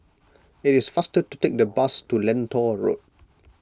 it is faster to take the bus to Lentor Road